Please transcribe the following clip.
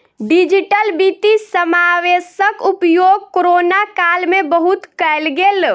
digital वित्तीय समावेशक उपयोग कोरोना काल में बहुत कयल गेल